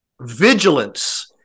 vigilance